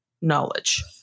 knowledge